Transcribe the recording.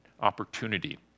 opportunity